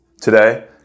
Today